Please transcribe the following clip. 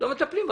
לא מטפלים בו.